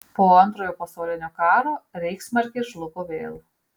po antrojo pasaulinio karo reichsmarkė žlugo vėl